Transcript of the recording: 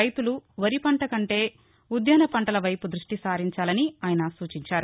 రైతులు వరి పంట కంటే ఉద్యాన పంటల వైపు దృష్టి సారించాలని ఆయన సూచించారు